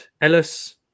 Ellis